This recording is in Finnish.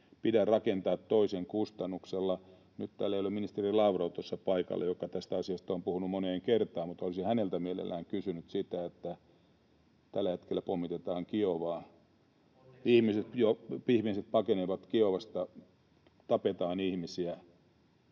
pidä rakentaa toisen kustannuksella. Nyt täällä ei ole tuossa paikalla ministeri Lavrov, [Timo Heinonen: Onneksi ei ole!] joka tästä asiasta on puhunut moneen kertaan, mutta olisin häneltä mielellään kysynyt: kun tällä hetkellä pommitetaan Kiovaa, ihmiset pakenevat Kiovasta, tapetaan ihmisiä,